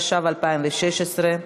התשע"ו 2016,